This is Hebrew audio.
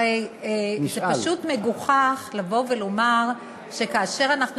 הרי זה פשוט מגוחך לבוא ולומר שכאשר אנחנו